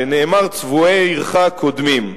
שנאמר: צבועי עירך קודמים.